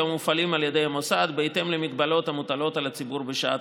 המופעלים על ידי המוסד בהתאם למגבלות המוטלות על הציבור בשעת